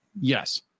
Yes